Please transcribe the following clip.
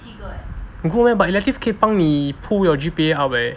good leh but elective 可以帮你 pull your G_P_A up leh